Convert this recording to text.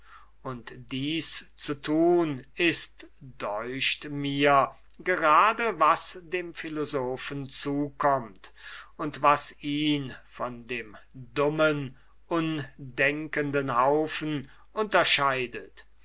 und dies zu tun ist deucht mich just was dem philosophen zukömmt und was ihn von dem dummen undenkenden haufen unterscheidet